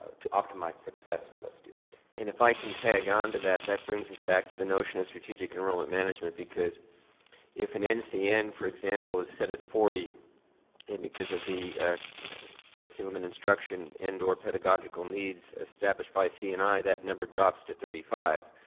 to optimize success for those students. and if i can tag on to that, that brings us back to the notion of strategic enrollment management because if an ncn, for example, is set at forty and because of the curriculum and instruction and or pedagogical needs established by c and i that number drops to thirty five,